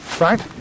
right